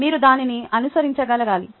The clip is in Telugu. మీరు దానిని అనుసరించగలగాలి